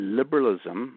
liberalism